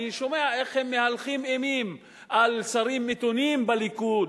אני שומע איך הם מהלכים אימים על שרים מתונים בליכוד,